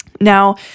Now